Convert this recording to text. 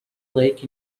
lake